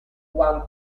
one